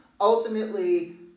ultimately